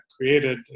created